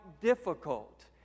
difficult